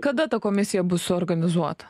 kada ta komisija bus suorganizuota